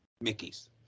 Mickey's